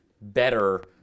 better